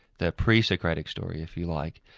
the pre-socratic story if you like,